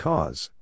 Cause